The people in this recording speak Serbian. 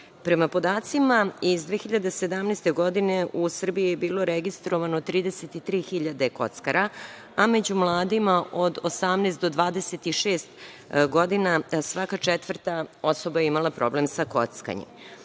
podacima iz 2017. godine, u Srbiji je bilo registrovano 33 hiljade kockara, a među mladima od 18 do 26 godina svaka četvrta osoba je imala problem sa kockanjem.